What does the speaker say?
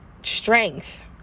strength